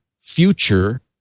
future